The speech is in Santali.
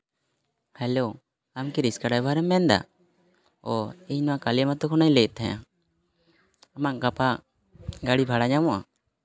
ᱦᱮᱞᱳ ᱟᱢᱠᱤ ᱨᱟᱹᱥᱠᱟ ᱰᱟᱭᱵᱷᱟᱨ ᱮᱢ ᱢᱮᱱᱫᱟ ᱚᱸᱻ ᱤᱧ ᱢᱟ ᱠᱟᱞᱤᱭᱟ ᱟᱛᱳ ᱠᱷᱚᱱᱟᱜ ᱤᱧ ᱞᱟᱹᱭᱮᱫ ᱛᱟᱦᱮᱱᱟ ᱟᱢᱟᱜ ᱜᱟᱯᱟ ᱜᱟᱹᱰᱤ ᱵᱷᱟᱲᱟ ᱧᱟᱢᱚᱜᱼᱟ